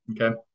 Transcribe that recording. Okay